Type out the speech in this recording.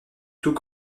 tout